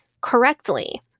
correctly